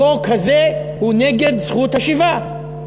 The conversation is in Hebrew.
החוק הזה הוא נגד זכות השיבה.